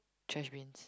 trash bins